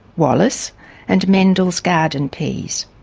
wallace and mendel's garden peas.